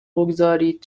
بگذارید